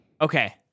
Okay